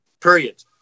Period